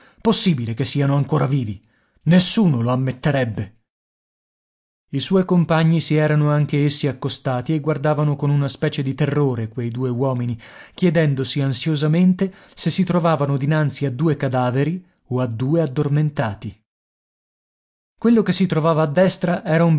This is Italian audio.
possibile che siano ancora vivi nessuno lo ammetterebbe i suoi compagni si erano anche essi accostati e guardavano con una specie di terrore quei due uomini chiedendosi ansiosamente se si trovavano dinanzi a due cadaveri o a due addormentati quello che si trovava a destra